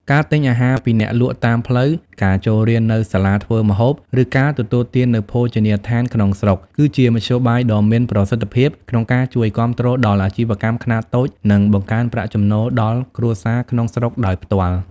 ការទិញអាហារពីអ្នកលក់តាមផ្លូវ ការចូលរៀននៅសាលាធ្វើម្ហូប ឬការទទួលទាននៅភោជនីយដ្ឋានក្នុងស្រុក គឺជាមធ្យោបាយដ៏មានប្រសិទ្ធភាពក្នុងការ ជួយគាំទ្រដល់អាជីវកម្មខ្នាតតូច និងបង្កើនប្រាក់ចំណូលដល់គ្រួសារក្នុងស្រុកដោយផ្ទាល់ ។